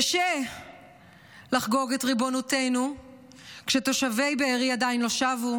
קשה לחגוג את ריבונותנו כשתושבי בארי עדיין לא שבו,